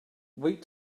wait